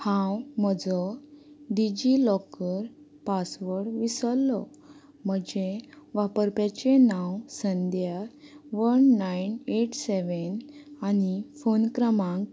हांव म्हजो DigiLocker password विसरलो म्हजें वापरप्याचे नांव सद्या वन नायन एट सेवेन आनी फोन क्रमांक